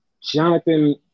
Jonathan